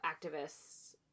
activists